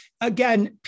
again